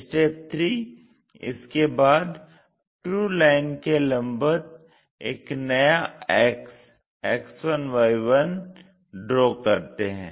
3 इसके बाद true line के लम्बवत एक नया अक्ष X1Y1 ड्रा करते हैं